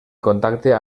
contacte